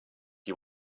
you